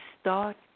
start